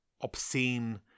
obscene